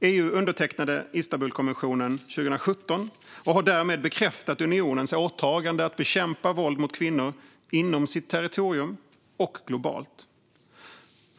EU undertecknade Istanbulkonventionen 2017 och har därmed bekräftat unionens åtagande att bekämpa våld mot kvinnor inom sitt territorium och globalt.